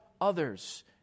others